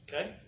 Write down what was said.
Okay